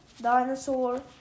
dinosaur